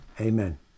Amen